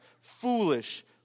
foolish